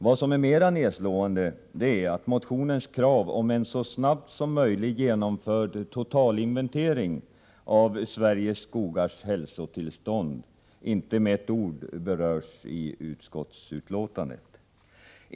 Vad som är mera nedslående är att motionens krav på en så snabbt som möjligt genomförd totalinventering av Sveriges skogars hälsotillstånd inte med ett ord berörs i utskottsbetänkandet.